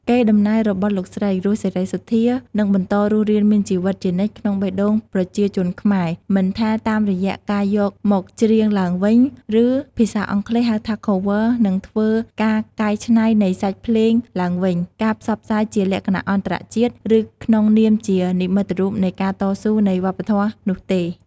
កេរ្តិ៍ដំណែលរបស់លោកស្រី រស់ សេរីសុទ្ធា នឹងបន្តរស់រានមានជីវិតជានិច្ចក្នុងបេះដូងប្រជាជនខ្មែរ មិនថាតាមរយៈការយកមកច្រៀងឡើងវិញ ឬភាសាអង់គ្លេស ហៅថា Cover និងធ្វើ ការកែច្នៃនៃសាច់ភ្លេងឡើងវិញ ការ ផ្សព្វផ្សាយជាលក្ខណៈអន្តរជាតិ ឬក្នុងនាមជា និមិត្តរូបនៃការតស៊ូនៃវប្បធម៌ នោះទេ។